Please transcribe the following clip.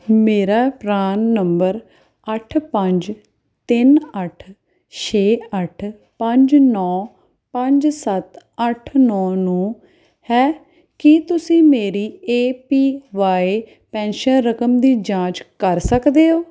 ਮੇਰਾ PRAN number ਅੱਠ ਪੰਜ ਤਿੰਨ ਅੱਠ ਛੇ ਅੱਠ ਪੰਜ ਨੌਂ ਪੰਜ ਸੱਤ ਅੱਠ ਨੌਂ ਨੂੰ ਹੈ ਕੀ ਤੁਸੀਂ ਮੇਰੀ ਏ ਪੀ ਵਾਈ ਪੈਨਸ਼ਨ ਰਕਮ ਦੀ ਜਾਂਚ ਕਰ ਸਕਦੇ ਹੋ